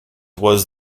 was